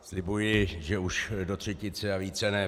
Slibuji, že už do třetice a více ne.